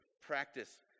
practice